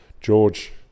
George